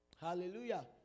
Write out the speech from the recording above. hallelujah